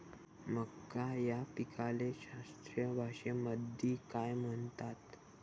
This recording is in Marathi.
मका या पिकाले शास्त्रीय भाषेमंदी काय म्हणतात?